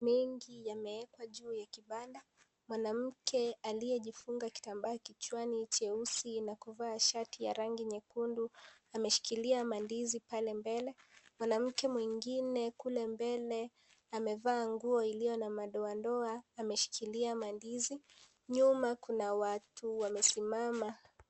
Mengi yameekwa juu ya kibanda. Mwanamke aliyejifunga kitambaa kichwani jeusi na kuvaa shati ya rangi nyekundu ameshikilia mandizi pale mbele, mwanamke mwingine kule mbele amevaa nguo iliyo na madoadoa ameshikilia mandizi, nyuma kuna watu wamesimama.